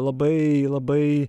labai labai